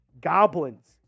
goblins